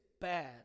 bad